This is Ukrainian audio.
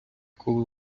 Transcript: коли